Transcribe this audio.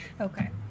Okay